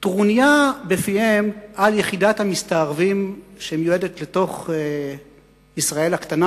טרוניה בפיהם על יחידת המסתערבים שמיועדת לתוך ישראל הקטנה,